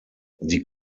die